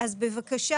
אז בבקשה,